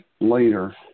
later